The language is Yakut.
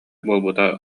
буолбута